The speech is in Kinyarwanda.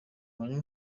manywa